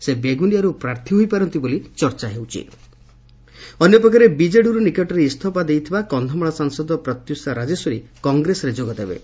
ସେ ବେଗୁନିଆରୁ ପ୍ରାର୍ଥୀ ହୋଇପାରନ୍ତି ବୋଲି ଚର୍ଚ୍ଚା ହେଉଛି ପ୍ରତ୍ୟୁଷା କଂଗ୍ରେସ ବିଜେଡିରୁ ନିକଟରେ ଇସ୍ତଫା ଦେଇଥିବା କକ୍ଷମାଳ ସାଂସଦ ପ୍ରତ୍ୟଷା ରାଜେଶ୍ୱରୀ କଂଗ୍ରେସରେ ଯୋଗଦେବେ